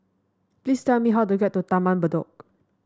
please tell me how to get to Taman Bedok